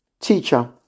Teacher